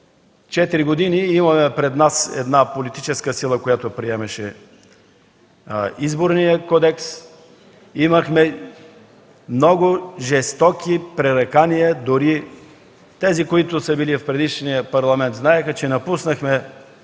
четири години имаме пред нас една политическа сила, която приемаше Изборния кодекс, имахме много жестоки пререкания, дори тези, които са били в предишния Парламент знаеха, че напуснахме